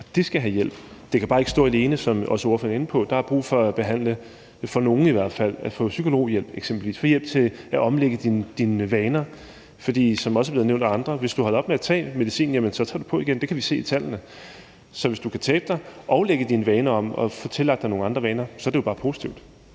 og de skal have hjælp. Det kan bare ikke stå alene, som ordføreren også er inde på. Der er brug for at behandle, for nogle i hvert fald, med eksempelvis psykologhjælp og brug for at få hjælp til at omlægge vaner. For som det også er blevet nævnt af andre: Hvis du holder op med at tage medicin, tager du på igen. Det kan vi se af tallene. Så hvis du kan tabe dig og lægge dine vaner om og få tillagt dig nogle andre vaner, er det jo bare positivt.